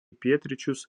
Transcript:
pietryčius